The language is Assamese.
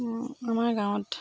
আমাৰ গাঁৱত